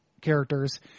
characters